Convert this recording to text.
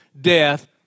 death